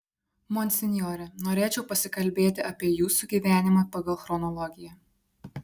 monsinjore norėčiau pasikalbėti apie jūsų gyvenimą pagal chronologiją